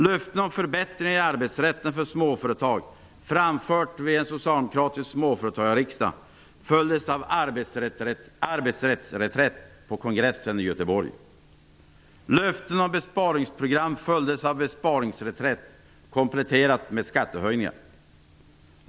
Löften om förbättringar i arbetsrätten för småföretag, framförda vid en socialdemokratisk småföretagarriksdag, följdes av arbetsrättsreträtt på kongressen i Göteborg. Löften om besparingsprogram följdes av besparingsreträtt, kompletterade med skattehöjningar.